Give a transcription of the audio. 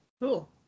Cool